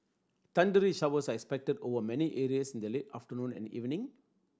thundery showers are expected over many areas in the late afternoon and evening